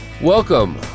Welcome